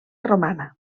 romana